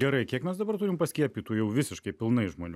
gerai kiek mes dabar turim paskiepytų jau visiškai pilna žmonių